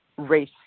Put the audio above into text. Race